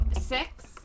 Six